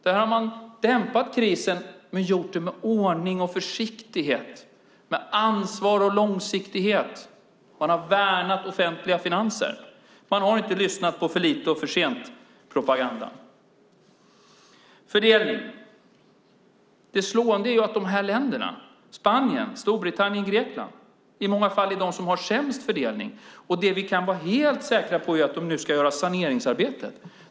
Där har man dämpat krisen med hjälp av ordning och försiktighet, med ansvar och långsiktighet. Man har värnat offentliga finanser. Man har inte lyssnat på för-lite-och-för-sent-propaganda. Sedan var det frågan om fördelning. Det slående är att dessa länder, Spanien, Storbritannien, Grekland, i många fall är de som har sämst fördelning. Det vi kan vara helt säkra på är att de nu ska göra ett saneringsarbete.